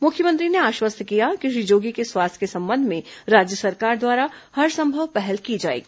मुख्यमंत्री ने आश्वस्त किया है कि श्री जोगी के स्वास्थ्य के संबंध में राज्य सरकार द्वारा हरसंभव पहल की जाएगी